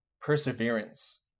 perseverance